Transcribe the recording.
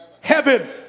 heaven